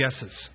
guesses